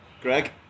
Greg